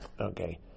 okay